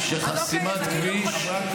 אני חושב שחסימת כביש --- אז אוקיי,